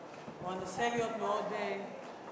או אנסה להיות מאוד אנרגטית,